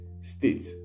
state